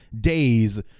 days